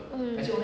mm